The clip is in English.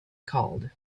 called